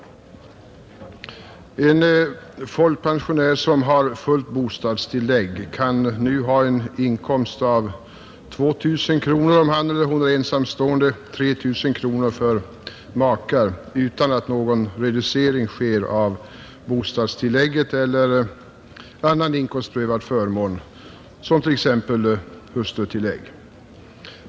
En folkpensionär som har fullt bostadstillägg kan nu ha en inkomst av 2 000 kronor om han eller hon är ensamstående — för makar är beloppet 3 000 kronor tillsammans utan att någon reducering sker av bostadstillägget eller annan inkomstprövad förmån, t.ex. hustrutillägg.